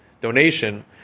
donation